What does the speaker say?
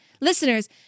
listeners